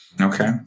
Okay